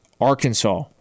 Arkansas